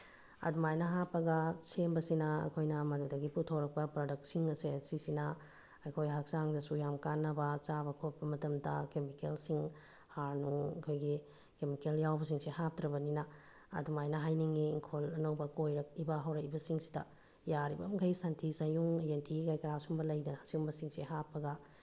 ꯑꯗꯨꯃꯥꯏꯅ ꯍꯥꯞꯄꯒ ꯁꯦꯝꯕꯁꯤꯅ ꯑꯩꯈꯣꯏꯅ ꯃꯗꯨꯗꯒꯤ ꯄꯨꯠꯊꯣꯔꯛꯄ ꯄ꯭ꯔꯗꯛꯁꯤꯡ ꯑꯁꯦ ꯁꯤꯁꯤꯅ ꯑꯩꯈꯣꯏ ꯍꯛꯆꯥꯡꯗꯁꯨ ꯌꯥꯝ ꯀꯥꯟꯅꯕ ꯆꯥꯕ ꯈꯣꯠꯄ ꯃꯇꯝꯗ ꯀꯦꯃꯤꯀꯦꯜꯁꯤꯡ ꯍꯥꯔ ꯅꯨꯡ ꯑꯩꯈꯣꯏꯒꯤ ꯀꯦꯃꯤꯀꯦꯜ ꯌꯥꯎꯕꯁꯤꯡꯁꯦ ꯍꯥꯞꯇ꯭ꯔꯕꯅꯤꯅ ꯑꯗꯨꯃꯥꯏꯅ ꯍꯥꯏꯅꯤꯡꯉꯤ ꯏꯪꯈꯣꯜ ꯑꯅꯧꯕ ꯀꯣꯏꯔꯛꯏꯕ ꯍꯧꯔꯛꯏꯕꯁꯤꯡꯁꯤꯗ ꯌꯥꯔꯤꯕꯃꯈꯩ ꯁꯟꯊꯤ ꯁꯟꯌꯨꯡ ꯌꯦꯟꯊꯤ ꯀꯔꯤ ꯀꯔꯥ ꯁꯨꯝꯕ ꯂꯩꯗꯅ ꯁꯤꯒꯨꯝꯕꯁꯤꯡꯁꯦ ꯍꯥꯞꯄꯒ